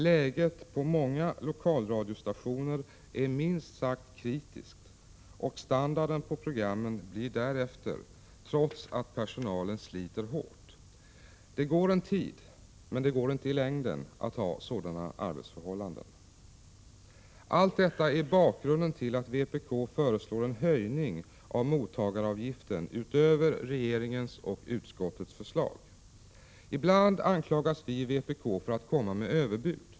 Läget på många lokalradiostationer är minst sagt kritiskt, och standarden på programmen blir därefter, trots att personalen sliter hårt. Det går en tid, men det går inte i längden, att ha sådana arbetsförhållanden. Allt detta är bakgrunden till att vpk föreslår en höjning av mottagaravgiften utöver regeringens och utskottets förslag. Ibland anklagas vi i vpk för att komma med överbud.